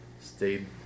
stayed